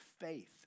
faith